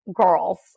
girls